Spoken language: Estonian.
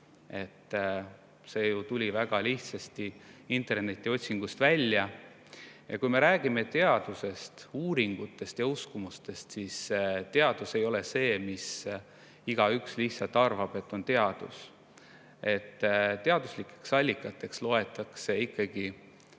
See tuli ju väga lihtsasti internetiotsingust välja. Ja kui me räägime teadusest, uuringutest ja uskumustest, siis teadus ei ole see, mille kohta igaüks lihtsalt arvab, et see on teadus. Teaduslikeks allikateks loetakse ikkagi